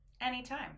Anytime